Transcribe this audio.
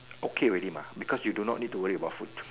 okay already mah because you do not have to worry about food